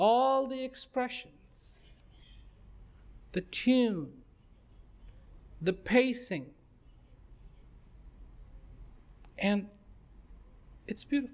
all the expressions the tune the pacing and it's been